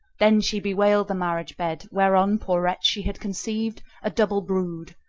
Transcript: then she bewailed the marriage bed whereon poor wretch, she had conceived a double brood,